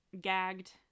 gagged